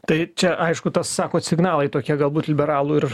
tai čia aišku tas sakot signalai tokie galbūt liberalų ir